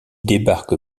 débarque